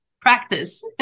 practice